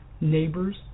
neighbors